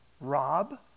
rob